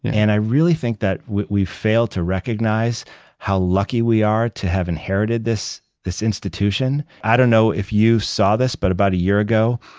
and i really think that we we fail to recognize how lucky we are to have inherited this this institution. i don't know if you saw this, but about a year ago,